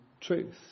truth